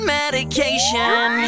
medication